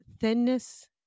thinness